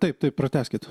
taip taip pratęskit